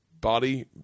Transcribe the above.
body